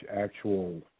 actual